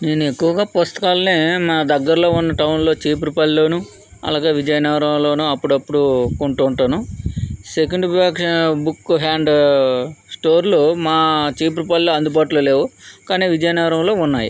నేను ఎక్కువగా పుస్తకాలని నా దగ్గరలో ఉన్న టౌన్లో చీపురుపల్లిలోను అలాగే విజయనగరంలోనూ అప్పుడప్పుడు కొంటూ ఉంటాను సెకండ్ భాఖ్య బుక్ హ్యాండ్ స్టోర్లు మా చీపురుపల్లి అందుబాటులో లేవు కానీ విజయనగరంలో ఉన్నాయి